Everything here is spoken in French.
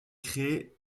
créé